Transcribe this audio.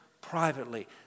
privately